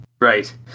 right